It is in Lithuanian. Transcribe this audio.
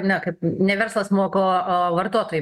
ne kad ne verslas moka o o vartotojai